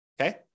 okay